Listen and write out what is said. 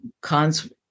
cons